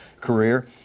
career